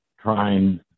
trying